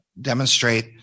demonstrate